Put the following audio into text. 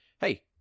hey